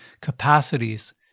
capacities